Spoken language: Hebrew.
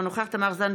אינו נוכח תמר זנדברג,